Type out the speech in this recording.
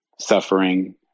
suffering